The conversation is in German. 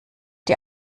die